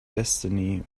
destiny